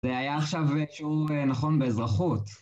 זה היה עכשיו שיעור נכון באזרחות.